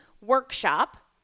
workshop